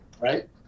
right